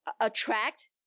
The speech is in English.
attract